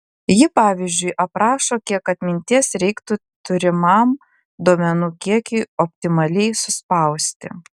ji pavyzdžiui aprašo kiek atminties reiktų turimam duomenų kiekiui optimaliai suspausti